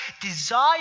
desire